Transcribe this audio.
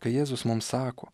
kai jėzus mums sako